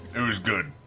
it was good.